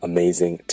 Amazing